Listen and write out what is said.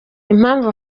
impamvu